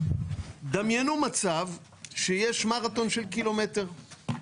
דמיינו מצב שיש מרתון של קילומטר.